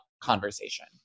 conversation